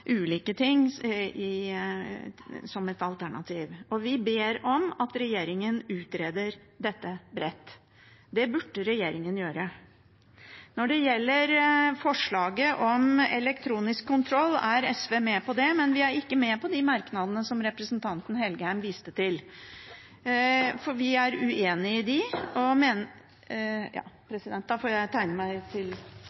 ulike andre ting som alternativ. Vi ber om at regjeringen utreder dette bredt. Det burde regjeringen gjøre. Når det gjelder forslaget om elektronisk kontroll, er SV med på det, men vi er ikke med på de merknadene som representanten Engen-Helgheim viste til. Vi er uenig i dem og mener – ja,